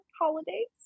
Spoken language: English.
holidays